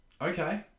Okay